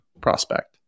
prospect